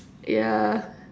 yeah